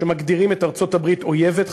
שמגדירים את ארצות-הברית אויבת,